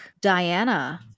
diana